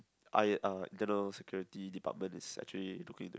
I uh internal security department is actually looking into that